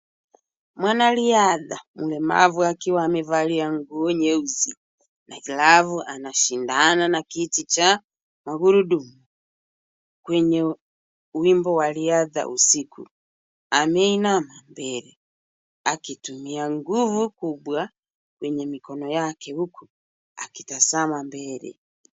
Mwanariadha mlemavu akiwa amevalia nguo nyeusi, na glavu anashindana na kiti cha magurudumu kwenye wimbo wa riadha usiku. Ameinama mbele, akitumia nguvu kubwa kwenye mikono yake huku, akitazama mbele.